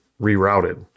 rerouted